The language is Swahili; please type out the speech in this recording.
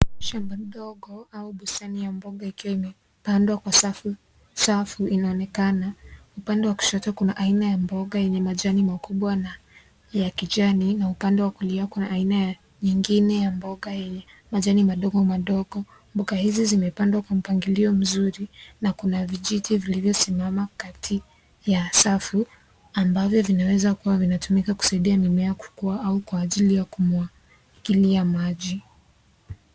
Shamba ndogo au bustani ya mboga ikiwa imepandwa kwa safu inaonekana. Upande wa kushoto kuna aina ya mboga yenye majani makubwa na ya kijani na upande wa kulia na aina ya nyingine ya mboga yenye majani madogo madogo. Mboga hizi zimepandwa kwa mpangilio mzuri na kuna vijiti vilivyosimama kati ya safu ambavyo vinaweza kuwa vinatumika kusaidia mimea kukua au kwa ajili ya kumwagilia maji.